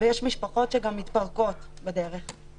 ויש משפחות שגם מתפרקות בדרך,